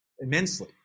immensely